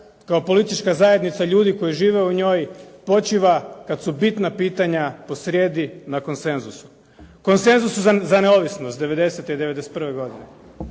kao politička zajednica ljudi koji žive u njoj počiva kad su bitna pitanja po srijedi na konsenzusu, konsenzusu za neovisnost 90. i 91. godine,